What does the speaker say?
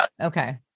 okay